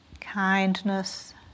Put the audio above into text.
kindness